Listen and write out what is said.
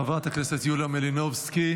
חברת הכנסת יוליה מלינובסקי,